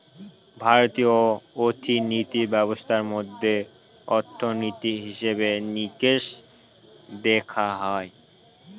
ভারতীয় অর্থিনীতি ব্যবস্থার মধ্যে অর্থনীতি, হিসেবে নিকেশ দেখা হয়